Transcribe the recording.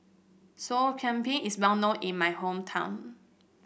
Sop Kambing is well known in my hometown